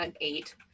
eight